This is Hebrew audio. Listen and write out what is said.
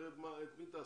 אחרת את מי תעסיקו?